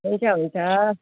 हुन्छ हुन्छ